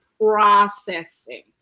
processing